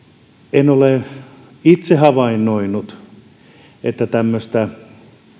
en ole itse havainnoinut että tämmöistä